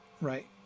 right